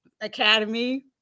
academy